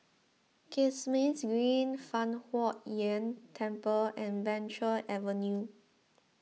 Kismis Green Fang Huo Yuan Temple and Venture Avenue